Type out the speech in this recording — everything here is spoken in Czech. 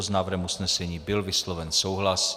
S návrhem usnesení byl vysloven souhlas.